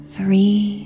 Three